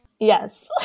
Yes